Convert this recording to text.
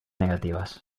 negativas